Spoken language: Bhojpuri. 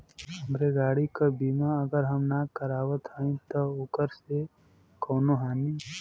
हमरे गाड़ी क बीमा अगर हम ना करावत हई त ओकर से कवनों हानि?